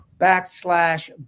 backslash